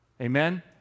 Amen